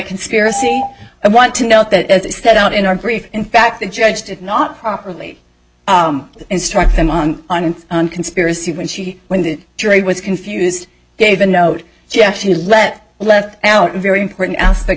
conspiracy i want to note that stood out in our brief in fact the judge did not properly instruct them on and on conspiracy when she when the jury was confused gave a note she actually let left out a very important aspect